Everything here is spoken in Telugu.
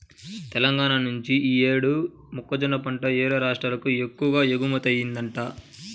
తెలంగాణా నుంచి యీ యేడు మొక్కజొన్న పంట యేరే రాష్ట్రాలకు ఎక్కువగా ఎగుమతయ్యిందంట